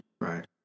Right